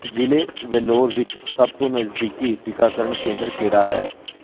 ਜ਼ਿਲ੍ਹੇ ਵੈਲੋਰ ਵਿੱਚ ਸਭ ਤੋਂ ਨਜ਼ਦੀਕੀ ਟੀਕਾਕਰਨ ਕੇਂਦਰ ਕਿਹੜਾ ਹੈ